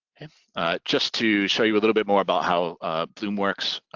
ah just to show you a little bit more about how bloom works,